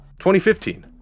2015